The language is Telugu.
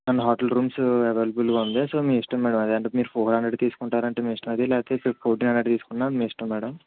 అన్నీ హోటల్ రూమ్స్ అవైలబుల్గా ఉంది సో మీ ఇష్టం మేడం అది మీరు ఫోర్ హండ్రడ్ది తీసుకుంటా అంటే మీ ఇష్టం అది లేకపోతే ఫోర్టీన్ హండ్రడ్ది తీసుకున్నా మీ ఇష్టం మేడం